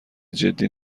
جدی